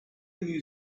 new